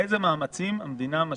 אני רוצה לדעת איזה מאמצים המדינה משקיעה